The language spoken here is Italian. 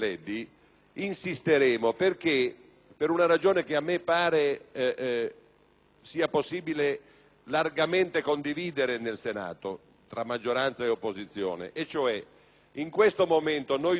sia possibile largamente condividere nel Senato tra maggioranza e opposizione. In questo momento noi tutti lamentiamo che le imprese piccole, piccolissime, medie e grandi